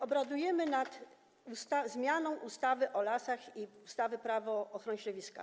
Obradujemy nad zmianą ustawy o lasach i ustawy Prawo ochrony środowiska.